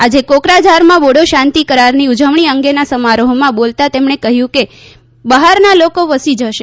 આજે કોકરાજારમાં બોડી શાંતિ કરારની ઊજવણી અંગેના સમારોહમાં બોલતાં તેમણે કહ્યુંકે બહારના લોકો વસી જશે